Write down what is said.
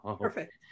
Perfect